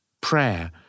Prayer